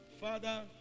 Father